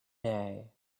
day